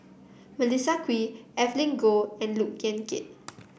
Melissa Kwee Evelyn Goh and Look Yan Kit